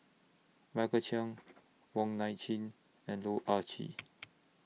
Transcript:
Michael Chiang Wong Nai Chin and Loh Ah Chee